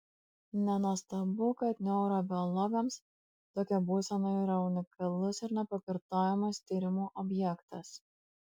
nenuostabu kad neurobiologams tokia būsena yra unikalus ir nepakartojamas tyrimų objektas